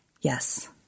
Yes